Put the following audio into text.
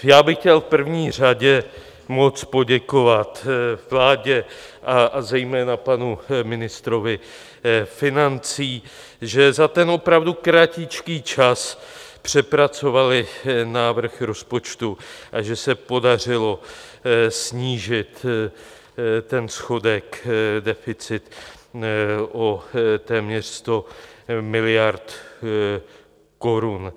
Já bych chtěl v první řadě moc poděkovat vládě a zejména panu ministrovi financí, že za ten opravdu kratičký čas přepracovali návrh rozpočtu a že se podařilo snížit ten schodek, deficit, o téměř 100 miliard korun.